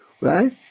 right